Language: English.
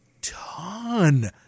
Ton